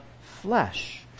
flesh